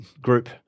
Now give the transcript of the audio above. group